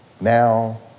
Now